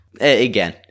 Again